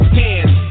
hands